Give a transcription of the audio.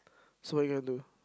so you want to